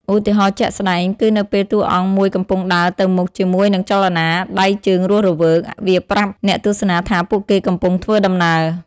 ឧទាហរណ៍ជាក់ស្ដែង គឺនៅពេលតួអង្គមួយកំពុងដើរទៅមុខជាមួយនឹងចលនាដៃជើងរស់រវើក វាប្រាប់អ្នកទស្សនាថាពួកគេកំពុងធ្វើដំណើរ។